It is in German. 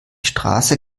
straße